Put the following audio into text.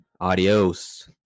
Adios